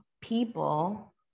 people